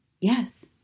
Yes